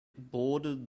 bordered